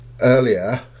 earlier